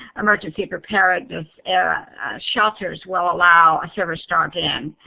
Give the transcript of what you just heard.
emergency preparedness area shelters will allow a service dog in.